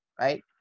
right